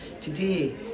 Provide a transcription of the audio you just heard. Today